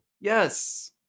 Yes